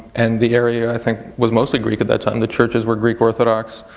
and the area, i think, was mostly greek at that time. the churches were greek orthodox.